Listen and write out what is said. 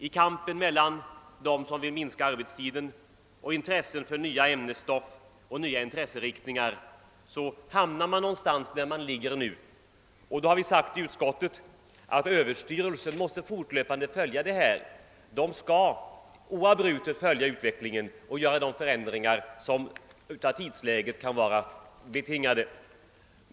I kampen mellan dem som vill minska elevernas arbetstid och dem som vill öka den för att kunna ge utrymme för nytt ämnesstoff och nya intresseriktningar hamnar man troligen ungefär där vi nu befinner oss. Vi har i utskottet uttalat att skolöverstyrelsen fortlöpande måste följa dessa frågor. Skolöverstyrelsen skall oavbrutet följa utvecklingen och vidtaga de förändringar som kan vara betingade av tidsläget.